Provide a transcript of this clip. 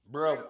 Bro